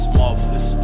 marvelous